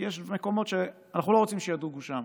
כי יש מקומות שאנחנו לא רוצים שידוגו בהם,